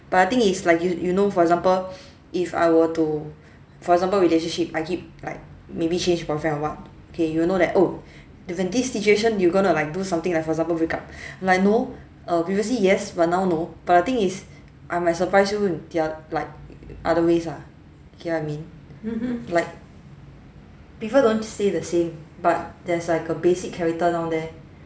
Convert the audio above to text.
but I think it's like you you know for example if I were to for example relationship I keep like maybe change boyfriend or what okay you know that oh this situation you gonna like do something like for example break up like no err previously yes but now no but the thing is I might surprise you with the oth~ like other ways ah you get what I mean like people don't stay the same but there's like a basic character down there